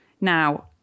Now